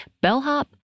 bellhop